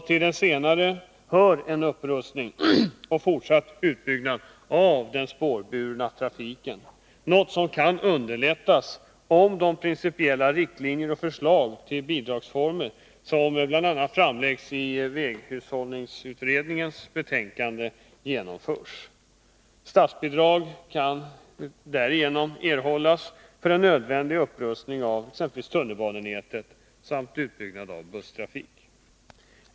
Till det senare hör en upprustning och fortsatt utbyggnad av den spårburna trafiken, något som kan underlättas om de principiella riktlinjer och förslag till bidragsformer som bl.a. framläggs i väghållningsutredningens betänkande genomförs. Statsbidrag kan därigenom erhållas för en nödvändig upprustning av exempelvis tunnelbanenätet samt utbyggnad av busstrafiken.